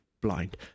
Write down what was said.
blind